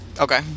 Okay